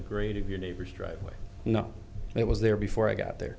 the grade of your neighbor's driveway you know it was there before i got there